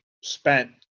spent